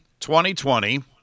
2020